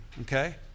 Okay